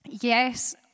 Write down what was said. Yes